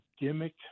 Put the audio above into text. gimmick